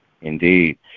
Indeed